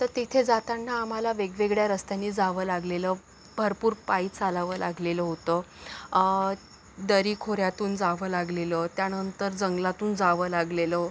तर तिथे जाताना आम्हाला वेगवेगळ्या रस्त्यांनी जावं लागलेलं भरपूर पायी चालावं लागलेलं होतं दरीखोऱ्यातून जावं लागलेलं त्यानंतर जंगलातून जावं लागलेलं